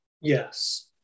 yes